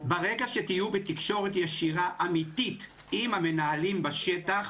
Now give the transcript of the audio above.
ברגע שתהיו בתקשורת ישירה אמיתית עם המנהלים בשטח